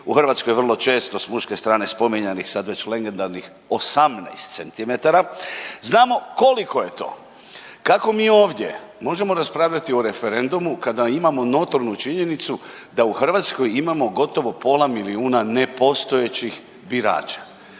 u Hrvatskoj vrlo često s muške strane spominjanih sad već legendarnih 18 cm znamo koliko je to. Kako mi ovdje možemo raspravljati o referendumu kada imamo notornu činjenicu da u Hrvatskoj imamo gotovo pola milijuna nepostojećih birača,